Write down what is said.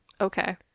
Okay